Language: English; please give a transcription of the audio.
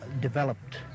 developed